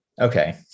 Okay